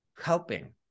helping